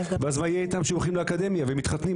ואז מה יהיה איתם כשהם הולכים לאקדמיה ומתחתנים?